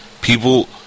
people